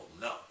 no